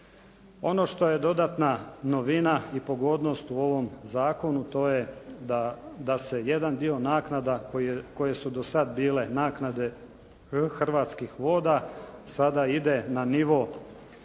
Ono što je dodatna novina i pogodnost u ovom zakonu to je da se jedan dio naknada koje su do sad bile naknade Hrvatskih voda sada ide na nivo